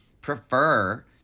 prefer